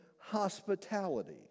hospitality